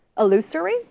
Illusory